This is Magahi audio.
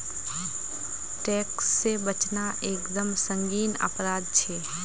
टैक्स से बचना एक दम संगीन अपराध छे